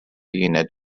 unit